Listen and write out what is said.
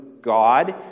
god